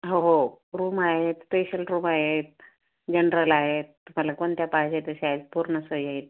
हो हो रूम आहेत स्पेशल रूम आहेत जनरल आहेत तुम्हाला कोणत्या पाहिजे तशा आहेत पूर्ण सोयी आहेत